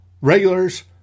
regulars